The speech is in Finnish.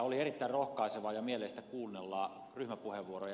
oli erittäin rohkaisevaa ja mieleistä kuunnella ryhmäpuheenvuoroja